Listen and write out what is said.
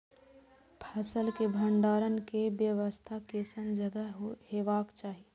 फसल के भंडारण के व्यवस्था केसन जगह हेबाक चाही?